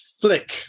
flick